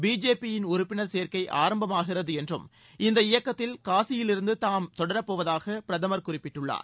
பிஜேபியின் உறுப்பினர் சேர்க்கை ஆரம்பமாகிறது என்றும் இந்த இயக்கத்தில் காசியிலிருந்து தாம் இணைவதாகவும் பிரதமர் குறிப்பிட்டுள்ளார்